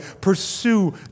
pursue